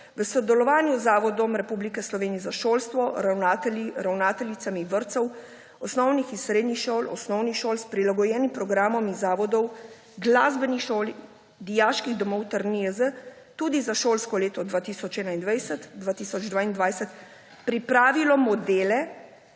v sodelovanju z Zavodom Republike Slovenije za šolstvo, ravnatelji, ravnateljicami vrtcev, osnovnih in srednjih šol, osnovnih šol s prilagojenim programom in zavodov, glasbenih šol, dijaških domov ter NIJZ tudi za šolsko leto 2021/2022 pripravilo modele,